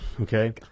okay